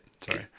sorry